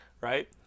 right